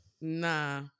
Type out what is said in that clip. Nah